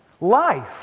Life